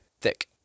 thick